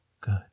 Good